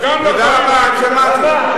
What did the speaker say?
עוד חמש דקות,